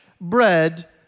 bread